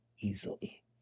easily